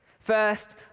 First